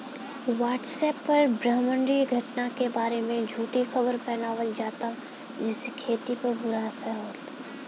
WhatsApp पर ब्रह्माण्डीय घटना के बारे में झूठी खबर फैलावल जाता जेसे खेती पर बुरा असर होता